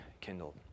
kindled